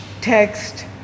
text